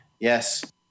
Yes